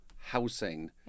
housing